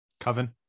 coven